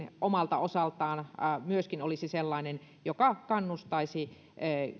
omalta osaltaan olisi sellainen joka kannustaisi